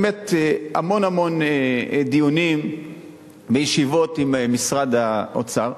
באמת, המון המון דיונים בישיבות עם משרד האוצר,